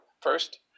first